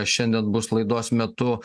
šiandien bus laidos metu